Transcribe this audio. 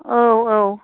औ औ